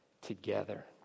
together